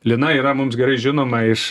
lina yra mums gerai žinoma iš